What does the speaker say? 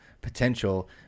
potential